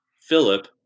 Philip